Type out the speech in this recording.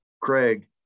Craig